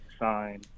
sign